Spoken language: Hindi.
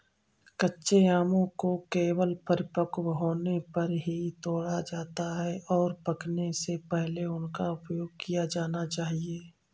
कच्चे आमों को केवल परिपक्व होने पर ही तोड़ा जाता है, और पकने से पहले उनका उपयोग किया जाना चाहिए